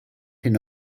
hyn